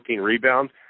rebounds